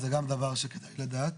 זה גם דבר שכדאי לדעת,